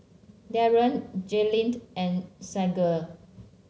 Darryll Jayleened and Saige